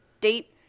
Date